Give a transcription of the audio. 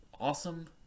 awesome